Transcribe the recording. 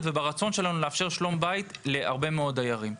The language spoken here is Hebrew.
וברצון שלנו לאפשר שלום בית להרבה מאוד דיירים.